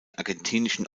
argentinischen